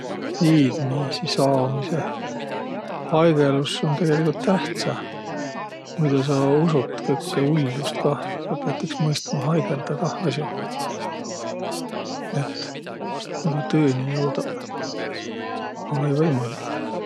Tiidmiisi saamisõ haigõlus um tegeligult tähtsä. Muido sa usut kõkkõ ull'ust kah. Sa piät iks mõistma haigõldaq kah as'oh, et muido tõõni joudaq olõ-õi võimalik.